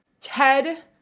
Ted